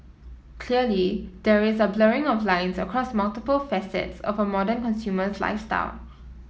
clearly there is a blurring of lines across multiple facets of a modern consumer's lifestyle